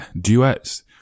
duets